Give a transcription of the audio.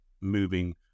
moving